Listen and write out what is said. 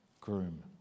groom